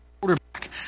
quarterback